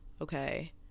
okay